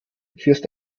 ist